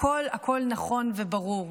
והכול נכון וברור.